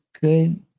good